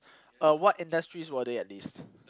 uh what industries were they at least